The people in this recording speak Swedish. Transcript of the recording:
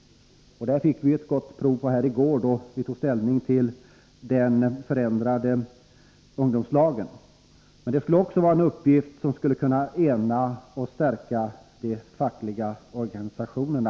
Vi fick ett gott prov på detta i går, när vi tog ställning till de förändrade ungdomslagen. Det vore också en uppgift som skulle kunna ena och stärka de fackliga organisationerna.